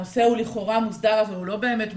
הנושא הוא לכאורה מוסדר אבל הוא לא באמת מוסדר.